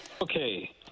Okay